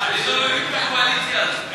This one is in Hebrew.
אני לא מבין את הקואליציה הזאת.